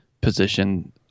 position